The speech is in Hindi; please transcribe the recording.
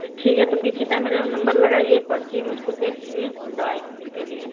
तो ठीक है तो किसी तरह मेरा नंबर लगाइए पर्ची मुझको दे दीजिए दवाई ए के लिए